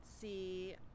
see